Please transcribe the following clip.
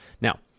Now